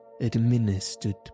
administered